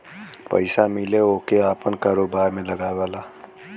पइसा मिले ओके आपन कारोबार में लगावेला